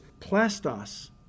plastos